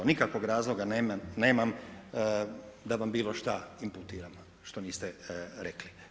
Nikakvog razloga nemam da vam bilo šta imputiram što niste rekli.